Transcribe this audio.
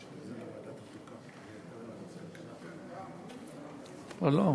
ראשון המנמקים,